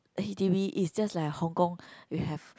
H_d_B is just like Hong-Kong you have